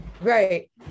right